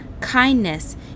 kindness